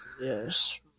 Yes